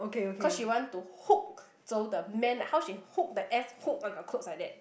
cause she want to hook so the men how she hook the S hook on the codes like that